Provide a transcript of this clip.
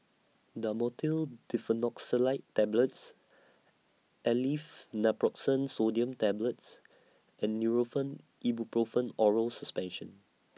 Dhamotil Diphenoxylate Tablets Aleve Naproxen Sodium Tablets and Nurofen Ibuprofen Oral Suspension